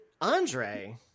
Andre